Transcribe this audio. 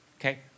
Okay